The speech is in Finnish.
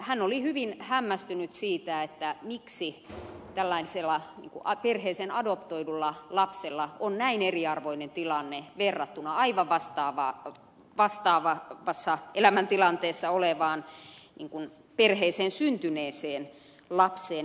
hän oli hyvin hämmästynyt siitä miksi tällaisella perheeseen adoptoidulla lapsella on näin eriarvoinen tilanne verrattuna aivan vastaavassa elämäntilanteessa olevaan perheeseen syntyneeseen lapseen